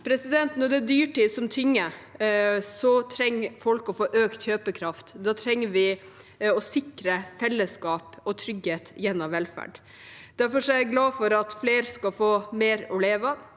ute i verden. Når det er dyrtid som tynger, trenger folk å få økt kjøpekraft. Da trenger vi å sikre fellesskap og trygghet gjennom velferd. Derfor er jeg glad for at flere skal få mer å leve av,